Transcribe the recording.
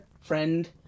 friend